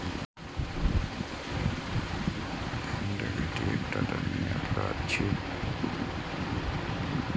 bank डकैती एकटा दंडनीय अपराध छियै